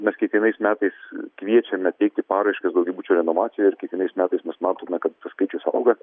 mes kiekvienais metais kviečiame teikti paraiškas daugiabučių renovacijai ir kiekvienais metais mes matome kad tas skaičius auga